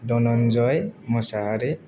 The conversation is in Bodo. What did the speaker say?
धनन्जय मशाहारि